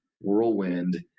whirlwind